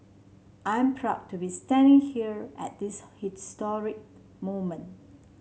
I'm proud to be standing here at this historic moment